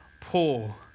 pull